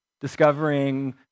discovering